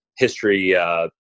History